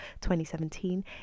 2017